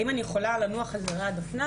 האם אני יכולה לנוח על זרי הדפנה?